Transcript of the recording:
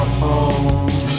home